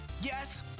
Yes